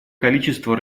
количества